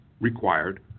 required